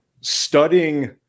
studying